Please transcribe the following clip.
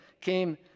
came